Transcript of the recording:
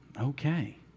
Okay